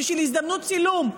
בשביל הזדמנות צילום.